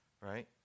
right